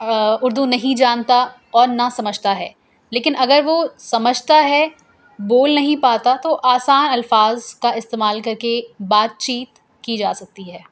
آ اردو نہیں جانتا اور نہ سمجھتا ہے لیکن اگر وہ سمجھتا ہے بول نہیں پاتا تو آسان الفاظ کا استعمال کر کے بات چیت کی جا سکتی ہے